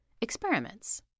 experiments